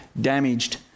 damaged